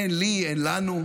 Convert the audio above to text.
אין לי, אין לנו,